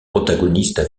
protagonistes